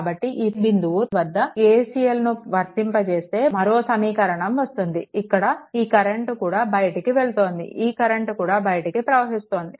కాబట్టి ఈ బిందువు వద్ద మనం KCLను వర్తింప చేస్తే మరో సమీకరణం వస్తుంది ఇక్కడ ఈ కరెంట్ కూడా బయటికి వెళ్తోంది ఈ కరెంట్ కూడా బయటికి ప్రవహిస్తోంది